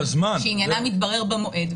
שעניינם יתברר במועד,